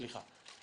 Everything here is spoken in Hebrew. סליחה.